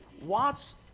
Watts